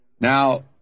Now